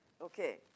Okay